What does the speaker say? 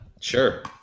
Sure